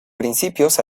principios